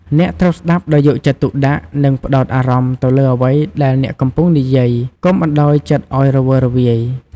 អ្នកត្រូវស្ដាប់ដោយយកចិត្តទុកដាក់ និងផ្ដោតអារម្មណ៍ទៅលើអ្វីដែលអ្នកកំពុងនិយាយ កុំបណ្ដោយចិត្តឱ្យរវើរវាយ។